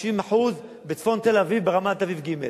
50% בצפון תל-אביב, ברמת-אביב ג'.